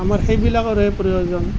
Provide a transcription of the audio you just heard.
আমাৰ সেইবিলাকৰহে প্ৰয়োজন